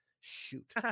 Shoot